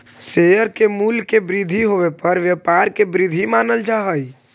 share के मूल्य के वृद्धि होवे पर व्यापार के वृद्धि मानल जा हइ